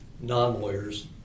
non-lawyers